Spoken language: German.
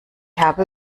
habe